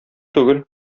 түгел